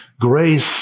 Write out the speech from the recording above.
grace